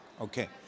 Okay